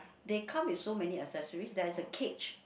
they come with so many accessories there is a catch